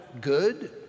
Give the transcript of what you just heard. good